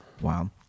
Wow